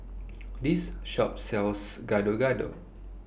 This Shop sells Gado Gado